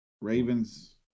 Ravens